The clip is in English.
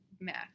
math